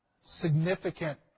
significant